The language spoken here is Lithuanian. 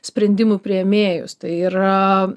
sprendimų priėmėjus tai yra